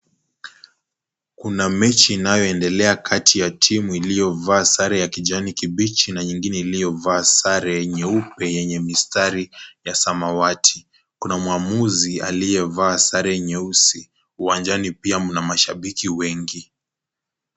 Kuna mechi inayaoendelea kati ya timu iliyovaa sare ya kijani kibichi na nyingine iliyovaa sare nyeupe yenye mstari ya samawati. kuna mwamuzi aliyevaa sare nyeusi, uwanjani pia mna mashabiki wengi.